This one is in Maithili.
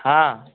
हँ